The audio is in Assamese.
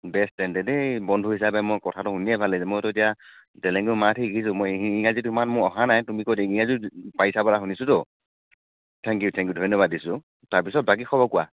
বেষ্ট তেন্তে দেই বন্ধু হিচাপে মই কথাটো শুনিয়ে ভাল লাগিছে মইটো এতিয়া তেলেগু মাৰাঠী শিকিছোঁ মই ইংৰাজীটো ইমান মোৰ অহা নাই তুমিতো ইংৰাজীটো পাৰিছা বুলি শুনিছোঁতো থেংকিউ থেংকিউ ধন্যবাদ দিছোঁ তাৰপিছত বাকী খবৰ কোৱা